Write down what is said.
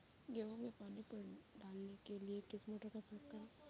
गेहूँ में पानी डालने के लिए किस मोटर का उपयोग करें?